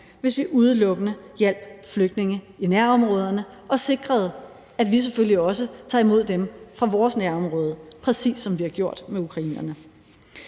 hvis vi udelukkende hjalp flygtninge i nærområderne og sikrede, at vi selvfølgelig også tog imod dem fra vores nærområde, præcis som vi har gjort med ukrainerne.